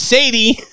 Sadie